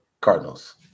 Cardinals